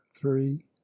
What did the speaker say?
three